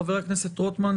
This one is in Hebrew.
חבר הכנסת רוטמן,